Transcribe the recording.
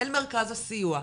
אל מרכז הסיוע,